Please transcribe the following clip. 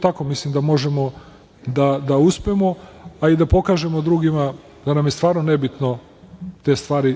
tako mislim da možemo da uspemo, a i da pokažemo drugima da nam je stvarno nebitno te stvari